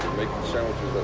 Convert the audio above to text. sandwiches